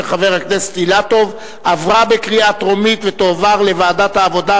לדיון מוקדם בוועדת העבודה,